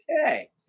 okay